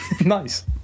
nice